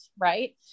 Right